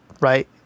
right